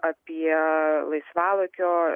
apie laisvalaikio